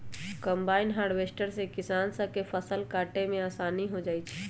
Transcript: combine harvester से किसान स के फसल काटे में आसानी हो जाई छई